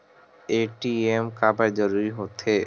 ATM काबर जरूरी हो थे?